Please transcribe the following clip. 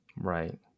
right